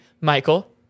Michael